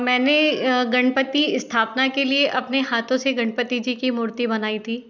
मैंने गणपति स्थापना के लिए अपने हाथों से गणपति जी की मूर्ति बनाई थी